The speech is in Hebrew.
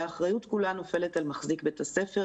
שהאחריות כולה נופלת על מחזיק בית הספר,